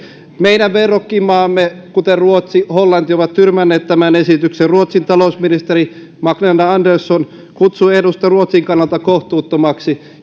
meidän verrokkimaamme kuten ruotsi hollanti ovat tyrmänneet tämän esityksen ruotsin talousministeri magdalena andersson kutsui ehdotusta ruotsin kannalta kohtuuttomaksi